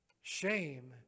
Shame